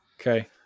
Okay